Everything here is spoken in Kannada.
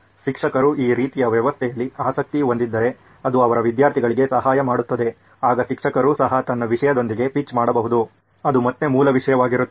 ಶಿಕ್ಷಕನು ಈ ರೀತಿಯ ವ್ಯವಸ್ಥೆಯಲ್ಲಿ ಆಸಕ್ತಿ ಹೊಂದಿದ್ದರೆ ಅದು ಅವರ ವಿದ್ಯಾರ್ಥಿಗಳಿಗೆ ಸಹಾಯ ಮಾಡುತ್ತದೆ ಆಗ ಶಿಕ್ಷಕರು ಸಹ ತನ್ನ ವಿಷಯದೊಂದಿಗೆ ಪಿಚ್ ಮಾಡಬಹುದು ಅದು ಮತ್ತೆ ಮೂಲ ವಿಷಯವಾಗಿರುತ್ತದೆ